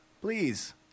please